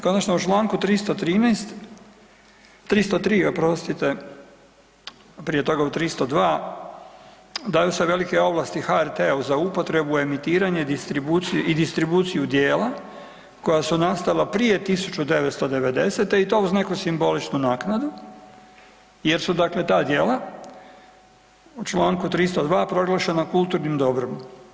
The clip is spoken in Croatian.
Konačno u članku 313., 303. oprostite, prije toga u 302. daju se velike ovlasti HRT-u za upotrebu emitiranja i distribuciju dijela koja su nastala prije 1990. i to uz neku simboličnu naknadu, jer su dakle ta dijela u članku 302. proglašena kulturnim dobrom.